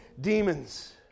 demons